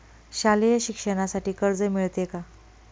शालेय शिक्षणासाठी कर्ज मिळते का?